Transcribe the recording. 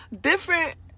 different